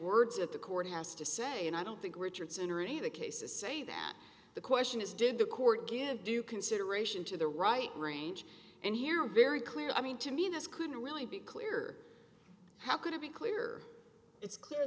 words if the court has to say and i don't think richardson or any of the cases say that the question is did the court give due consideration to the right range and here very clearly i mean to me this couldn't really be clear how could it be clear it's clear